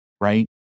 right